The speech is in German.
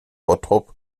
bottrop